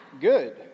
Good